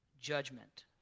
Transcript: judgment